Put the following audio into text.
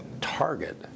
target